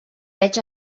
veig